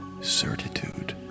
certitude